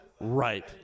Right